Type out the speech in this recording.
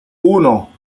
uno